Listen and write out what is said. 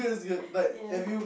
ya